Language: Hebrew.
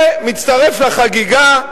ומצטרף לחגיגה,